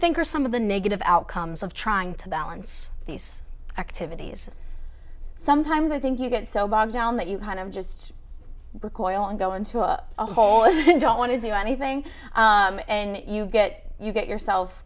think are some of the negative outcomes of trying to balance these activities sometimes i think you get so bogged down that you kind of just require a lot to go into a hole and don't want to do anything and you get you get yourself